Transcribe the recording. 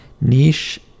Niche